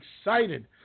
excited